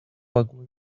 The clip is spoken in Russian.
огонь